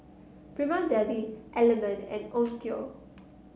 Prima Deli Element and Onkyo